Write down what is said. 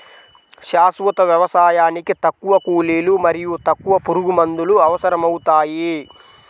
శాశ్వత వ్యవసాయానికి తక్కువ కూలీలు మరియు తక్కువ పురుగుమందులు అవసరమవుతాయి